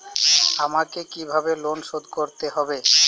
আমাকে কিভাবে লোন শোধ করতে হবে?